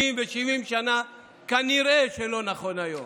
60 ו-70 שנה כנראה לא נכון היום,